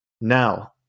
Now